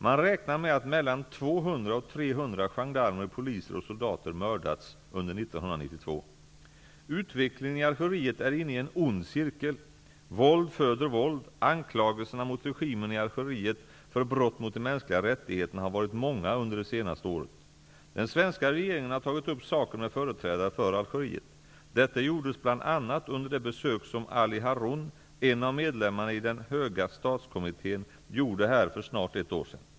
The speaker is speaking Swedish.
Man räknar med att mellan 200 och 300 gendarmer, poliser och soldater mördats under 1992. Utvecklingen i Algeriet är inne i en ond cirkel. Våld föder våld. Anklagelserna mot regimen i Algeriet för brott mot de mänskliga rättigheterna har varit många under det senaste året. Den svenska regeringen har tagit upp saken med företrädare för Algeriet. Detta gjordes bl.a. under det besök som Ali Haroun, en av medlemmarna i Den höga statskommittén, gjorde här för snart ett år sedan.